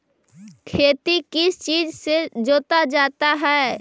खेती किस चीज से जोता जाता है?